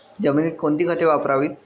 जमिनीत कोणती खते वापरावीत?